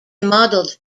modeled